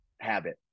habit